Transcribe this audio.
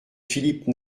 philippe